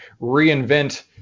reinvent